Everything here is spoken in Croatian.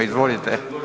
Izvolite.